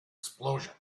explosion